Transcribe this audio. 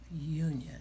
union